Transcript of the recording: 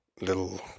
little